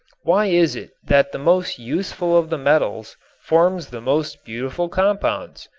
why is it that the most useful of the metals forms the most beautiful compounds?